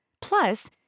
Plus